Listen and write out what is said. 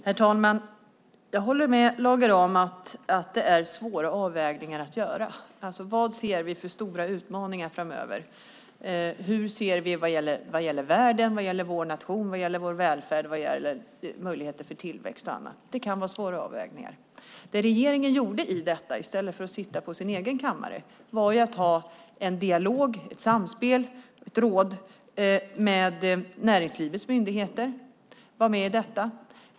Herr talman! Jag håller med Lage Rahm om att det är svåra avvägningar att göra. Vad ser vi för stora utmaningar framöver vad gäller världen, vår nation, vår välfärd och möjligheter till tillväxt och annat? Det kan vara svåra avvägningar. Det regeringen gjorde, i stället för att sitta på sin egen kammare, var att föra en dialog, ha ett samspel och bilda ett råd med näringslivets myndigheter, som var med i detta.